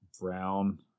Brown